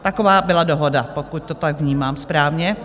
Taková byla dohoda, pokud to tak vnímám správně.